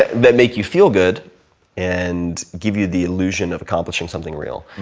that make you feel good and give you the allusion of accomplishing something real,